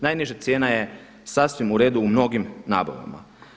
Najniža cijena je sasvim uredu u mnogim nabavama.